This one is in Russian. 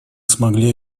смогли